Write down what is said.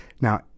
Now